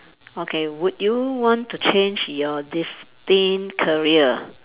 okay would you want to change your destined career